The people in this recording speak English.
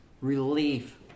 relief